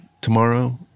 tomorrow